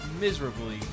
miserably